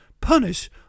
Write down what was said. punish